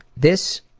this